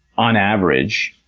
on average,